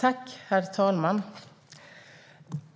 Herr talman!